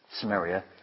Samaria